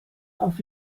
auf